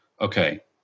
Okay